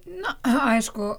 na aišku